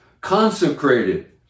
Consecrated